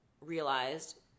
realized